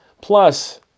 Plus